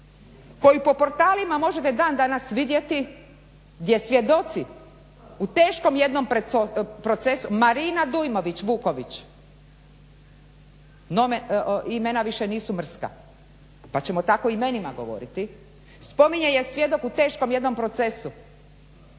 koju po portalima dan danas vidjeti gdje svjedoci u teškom jednom procesu, Marina Dujmović Vuković, imena više nisu mrska, pa ćemo tako o imenima govoriti, spominje je svjedok u teškom jednom procesu